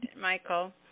Michael